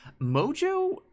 Mojo